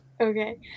Okay